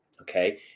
Okay